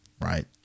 right